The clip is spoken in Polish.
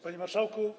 Panie Marszałku!